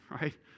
right